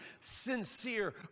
sincere